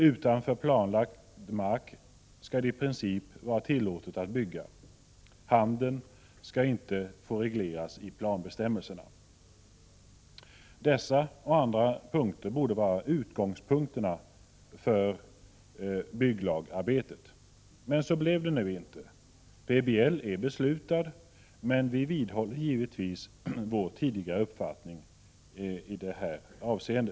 Utanför planlagd mark skall det i princip vara tillåtet att bygga. Handeln skall inte få regleras i planbestämmelserna. Dessa och andra punkter borde vara utgångspunkterna för bygglagsarbetet. Men så blev det inte. Man har beslutat om PBL. Vi vidhåller givetvis vår tidigare uppfattning i detta avseende.